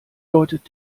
deutet